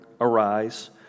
arise